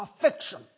perfection